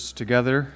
together